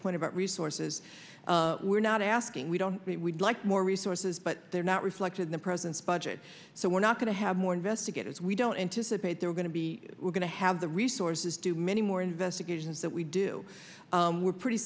point about resources we're not asking we don't we would like more resources but they're not reflected in the president's budget so we're not going to have more investigators we don't anticipate they're going to be we're going to have the resources do many more investigations that we do we're pretty